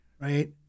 Right